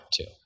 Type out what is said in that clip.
two